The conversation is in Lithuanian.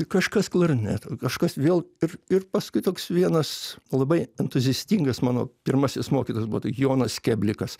kažkas klarnetu kažkas vėl ir ir paskui toks vienas labai entuziastingas mano pirmasis mokytojas buvo tai jonas keblikas